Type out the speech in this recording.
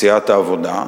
בסיעת העבודה,